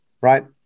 right